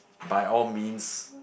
by all means